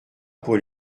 pour